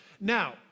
Now